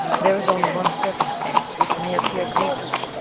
there is only one circumstance which may appear grievous,